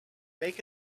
make